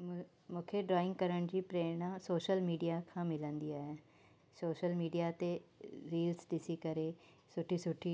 मूंखे ड्रॉइंग करण जी प्रैरणा सोशल मीडिया खां मिलंदी आहे सोशल मीडिया ते रील्स ॾिसी करे सुठी सुठी